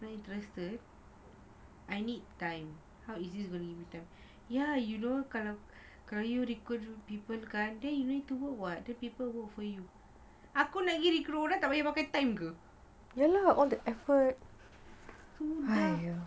no not interested I need time how is it you gonna give me time yes kalau you ikut people kan then you need to work [what] let people work for you aku lagi tak pakai time ke